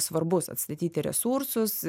svarbus atstatyti resursus